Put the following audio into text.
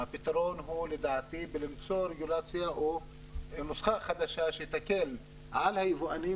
הפתרון לדעתי הוא בלמצוא רגולציה או נוסחה חדשה שתקל על היבואנים